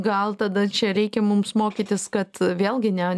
gal tada čia reikia mums mokytis kad vėlgi ne